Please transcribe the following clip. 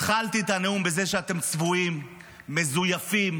התחלתי את הנאום בזה שאתם צבועים, מזויפים,